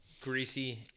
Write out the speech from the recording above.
Greasy